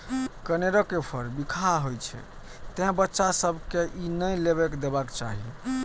कनेरक फर बिखाह होइ छै, तें बच्चा सभ कें ई नै लेबय देबाक चाही